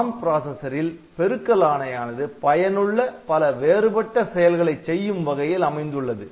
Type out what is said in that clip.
ARM processor இல் பெருக்கல் ஆணையானது பயனுள்ள பல வேறுபட்ட செயல்களை செய்யும் வகையில் அமைந்துள்ளது